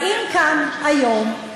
באים כאן היום,